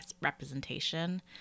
representation